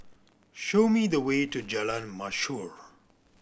show me the way to Jalan Mashhor